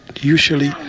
usually